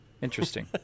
interesting